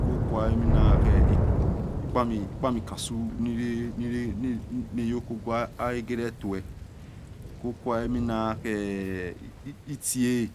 Kokua eminghe ikpami cashew nile nayoko gwa nahegere tuϵ kokua eminahe iche